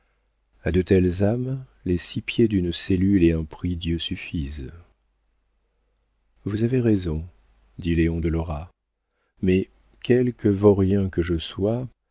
a de telles âmes les six pieds d'une cellule et un prie-dieu suffisent vous avez raison dit léon de lora mais quelque vaurien que je sois